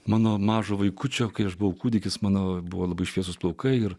mano mažo vaikučio kai aš buvau kūdikis mano buvo labai šviesūs plaukai ir